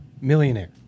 Millionaire